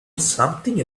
something